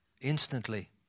instantly